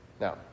Now